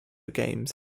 games